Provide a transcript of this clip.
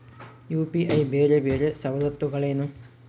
UPI ಬೇರೆ ಬೇರೆ ಸವಲತ್ತುಗಳೇನು?